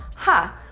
huh,